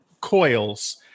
coils